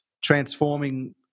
transforming